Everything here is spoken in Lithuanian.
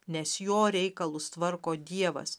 nes jo reikalus tvarko dievas